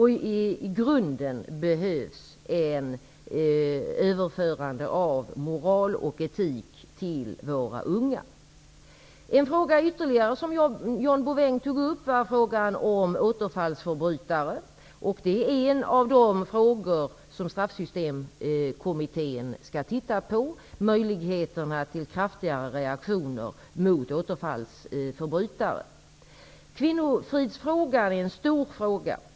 I grunden behövs ett överförande av moral och etik till våra unga. Ytterligare en fråga som John Bouvin tog upp var frågan om återfallsförbrytare. Det är en av de frågor som Straffsystemkommittén skall titta på. Den gäller möjligheterna till kraftigare reaktioner mot återfallsförbrytare. Kvinnofridsfrågan är en stor fråga.